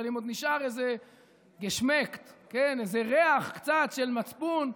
אבל אם עוד נשאר איזה קצת ריח של מצפון,